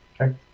okay